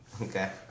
Okay